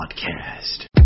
podcast